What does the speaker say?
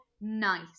nice